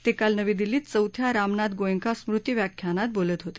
ते काल नवी दिल्लीत चौथ्या रामनाथ गोयंका स्मृती व्याख्यानात बोलत होते